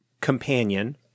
Companion